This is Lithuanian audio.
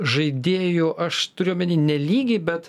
žaidėjų aš turiu omeny nelygiai bet